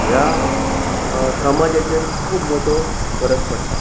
ह्या समाजाचेर खूब मोटो फरक पडटा